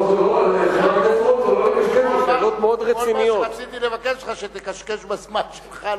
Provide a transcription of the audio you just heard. כל מה שרציתי לבקש ממך הוא שתקשקש בזמן שלך,